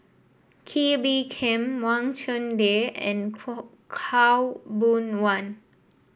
Kee Bee Khim Wang Chunde and Khaw Boon Wan